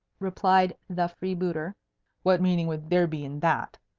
replied the freebooter what meaning would there be in that?